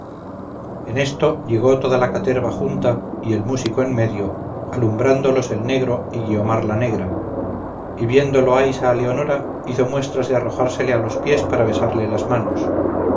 en esto llegó toda la caterva junta y el músico en medio alumbrándolos el negro y guiomar la negra y viendo loaysa a leonora hizo muestras de arrojársele a los pies para besarle las manos